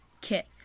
kit